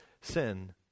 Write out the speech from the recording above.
sin